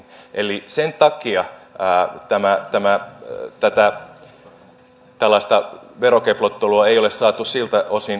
eli sen takia tätä tällaista verokeplottelua ei ole saatu siltä osin kuntoon